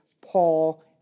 Paul